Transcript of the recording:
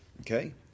Okay